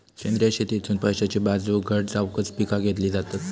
सेंद्रिय शेतीतसुन पैशाची बाजू घट जावकच पिका घेतली जातत